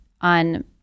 on